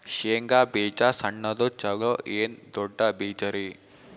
ಶೇಂಗಾ ಬೀಜ ಸಣ್ಣದು ಚಲೋ ಏನ್ ದೊಡ್ಡ ಬೀಜರಿ?